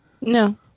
No